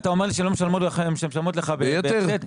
אתה אומר שהן משלמות לך בהפסד?